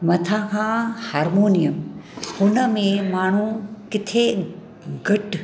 मथां खां हारमोनियम हुनमें माण्हू किथे घटि